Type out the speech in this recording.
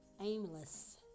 aimless